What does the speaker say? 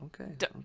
okay